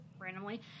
randomly